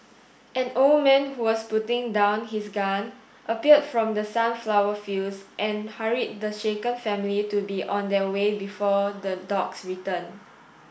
an old man who was putting down his gun appeared from the sunflower fields and hurried the shaken family to be on their way before the dogs return